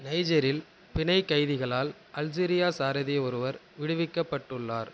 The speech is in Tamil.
நைஜிரில் பிணை கைதிகளால் அல்ஜீரியா சாரதி ஒருவர் விடுவிக்கப்பட்டுள்ளார்